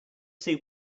see